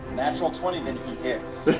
natural twenty? then he hits.